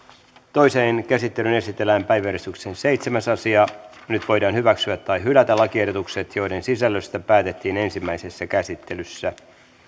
toiseen käsittelyyn esitellään päiväjärjestyksen seitsemäs asia nyt voidaan hyväksyä tai hylätä lakiehdotukset joiden sisällöstä päätettiin ensimmäisessä käsittelyssä